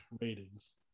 ratings